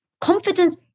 Confidence